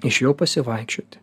išėjau pasivaikščioti